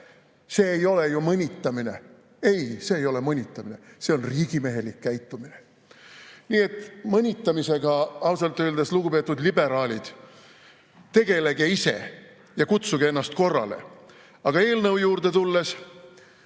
See ei ole ju mõnitamine!? Ei, see ei ole mõnitamine, see on riigimehelik käitumine. Nii et mõnitamisega, ausalt öeldes, lugupeetud liberaalid, tegelege ise ja kutsuge ennast korrale. Aga eelnõu juurde tulles,